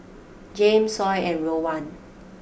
Jame Sol and Rowan